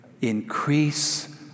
increase